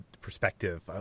perspective